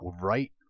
right